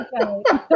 Okay